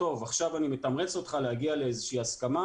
עכשיו אני מתמרץ אותך להגיע לאיזה שהיא הסכמה